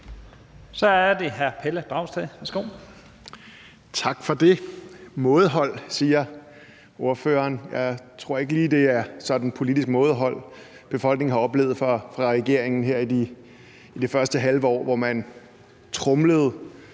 Kl. 09:48 Pelle Dragsted (EL): Tak for det. Mådehold, siger ordføreren. Jeg tror ikke lige, at det er sådan politisk mådehold, befolkningen har oplevet hos regeringen her i det første halve år, hvor man tromlede